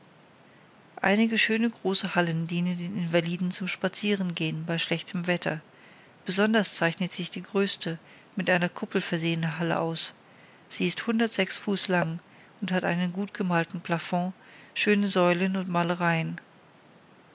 einige schöne große hallen dienen den invaliden zum spazierengehen bei schlechtem wetter besonders zeichnet sich die größte mit einer kuppel versehene halle aus sie ist hundertsechs fuß lang und hat einen gut gemalten plafond schöne säulen und malereien